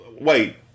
Wait